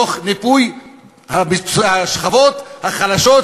תוך ניפוי השכבות החלשות,